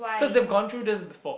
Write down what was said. cause they've gone through this before